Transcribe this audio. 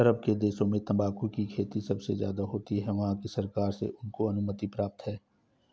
अरब के देशों में तंबाकू की खेती सबसे ज्यादा होती है वहाँ की सरकार से उनको अनुमति प्राप्त है